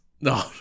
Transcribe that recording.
No